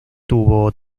tuvo